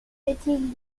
betty